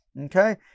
okay